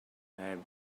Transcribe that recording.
have